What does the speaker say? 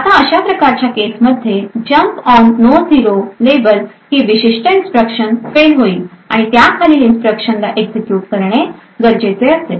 आता अशा प्रकारच्या केसमध्ये jump on no zero label ही विशिष्ट इन्स्ट्रक्शन फेल होईल आणि त्याखालील इन्स्ट्रक्शन ला एक्झिक्युट करणे गरजेचे असेल